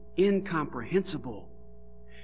Incomprehensible